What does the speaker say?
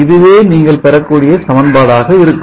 இதுவே நீங்கள் பெறக்கூடிய சமன்பாடாக இருக்கும்